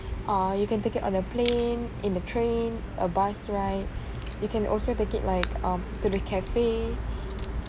uh you can take it on a plane in the train a bus ride you can also take it like um to the cafe